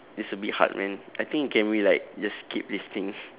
it's a bit hard man I think we can we like just skip this thing